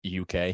UK